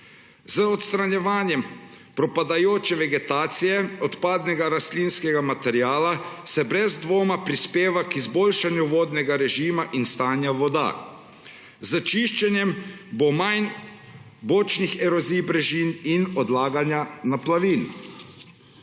Z odstranjevanjem propadajoče vegetacije, odpadnega rastlinskega materiala se brez dvoma prispeva k izboljšanju vodnega režima in stanja voda. S čiščenjem bo manj bočnih erozij brežin in odlaganja naplavin.